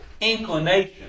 inclination